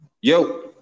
Yo